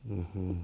hmm